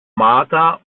martha